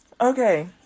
Okay